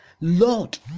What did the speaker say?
lord